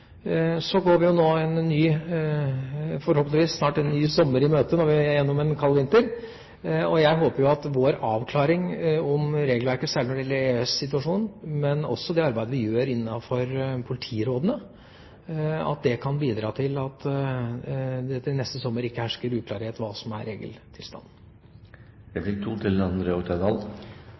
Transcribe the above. Vi går nå forhåpentligvis snart en ny sommer i møte, når vi er gjennom en kald vinter, og jeg håper jo at vår avklaring om regelverket, særlig når det gjelder EØS-situasjonen, men også det arbeidet vi gjør innenfor politirådene, kan bidra til at det til neste sommer ikke hersker uklarhet om hva som er regeltilstanden. Jeg stilte også et spørsmål i mitt åpningsinnlegg. Handlingsplanen i forhold til